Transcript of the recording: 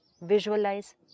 Visualize